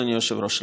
אדוני היושב-ראש,